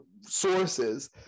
sources